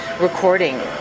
recording